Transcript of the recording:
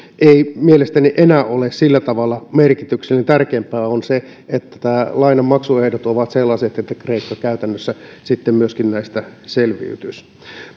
ei mielestäni enää ole sillä tavalla merkityksellinen tärkeämpää on se että tämän lainan maksuehdot ovat sellaiset että kreikka käytännössä myöskin näistä selviytyisi